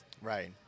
Right